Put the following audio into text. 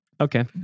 Okay